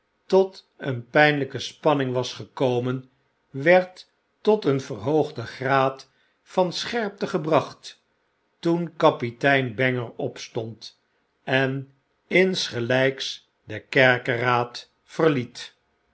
tot een pynlyke spanning was gekomen werd tot een verhoogden graad van scherpte gebracht toen kapitein banger opstond en insgelyks myrvm overdrukken den kerkeraad verliet